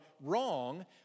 wrong